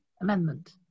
Amendment